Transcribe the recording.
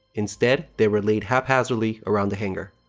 instead, they were laid haphazardly around the hangar.